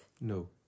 No